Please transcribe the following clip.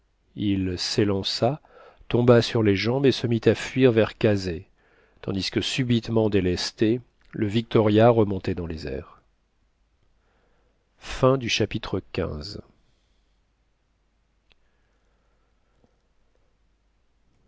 il s'élança tomba sur les jambes et se mit à fuir vers kazeh tandis que subitement délesté le victoria remontait dans les airs chapitre